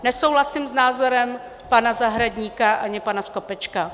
Nesouhlasím s názorem pana Zahradníka ani pana Skopečka.